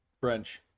French